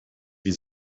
wie